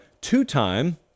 two-time